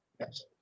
Yes